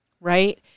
Right